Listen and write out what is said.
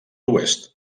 oest